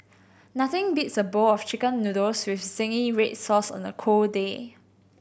nothing beats a bowl of Chicken Noodles with zingy red sauce on a cold day